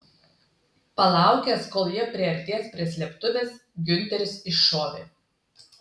palaukęs kol jie priartės prie slėptuvės giunteris iššovė